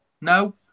No